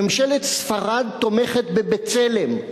ממשלת ספרד תומכת ב"בצלם",